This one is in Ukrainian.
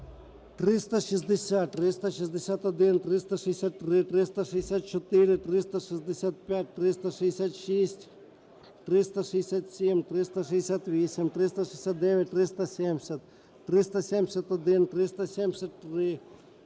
360, 361, 363, 364, 365, 366, 367, 368, 369, 370, 371, 373,